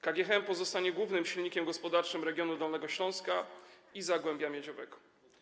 KGHM pozostanie głównym silnikiem gospodarczym regionu Dolnego Śląska i Zagłębia Miedziowego.